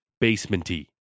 basement-y